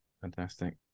fantastic